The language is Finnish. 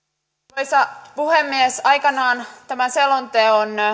arvoisa puhemies aikanaan tämän selonteon